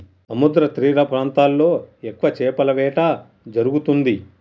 సముద్రతీర ప్రాంతాల్లో ఎక్కువ చేపల వేట జరుగుతుంది